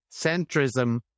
centrism